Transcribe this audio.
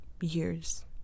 years